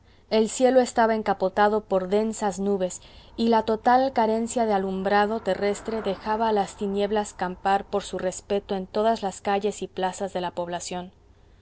el cielo estaba encapotado por densas nubes y la total carencia de alumbrado terrestre dejaba a las tinieblas campar por su respeto en todas las calles y plazas de la población